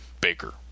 baker